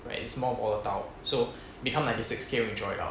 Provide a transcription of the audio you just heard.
like it's more volatile so become like the six K will draw it out